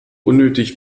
unnötig